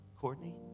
Courtney